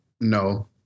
No